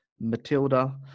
matilda